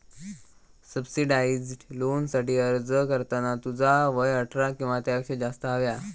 subsidised लोनसाठी अर्ज करताना तुझा वय अठरा किंवा त्यापेक्षा जास्त हव्या